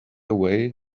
away